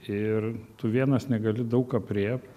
ir tu vienas negali daug aprėpt